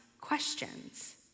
questions